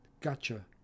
gotcha